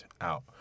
out